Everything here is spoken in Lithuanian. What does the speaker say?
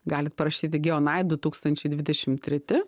galit parašyti geonait du tūkstančiai dvidešimt treti